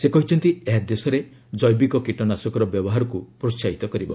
ସେ କହିଛନ୍ତି ଏହା ଦେଶରେ ଜୈବିକ କୀଟନାସକର ବ୍ୟବହାରକୁ ପ୍ରୋସାହିତ କରିବ